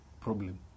problem